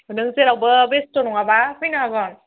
नों जेरावबो बेस्थ' नङाबा फैनो हागोन